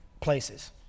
places